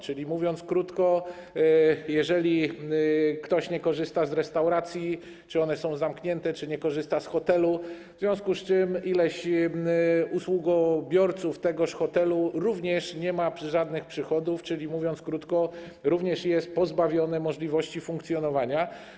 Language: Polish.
Czyli, mówiąc krótko, jeżeli ktoś nie korzysta z restauracji czy one są zamknięte, czy nie korzysta z hotelu, to w związku z tym iluś usługobiorców tego hotelu również nie ma żadnych przychodów, a więc też jest pozbawionych możliwości funkcjonowania.